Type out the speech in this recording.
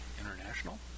international